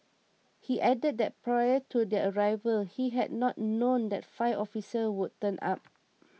he added that prior to their arrival he had not known that five officers would turn up